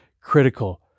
critical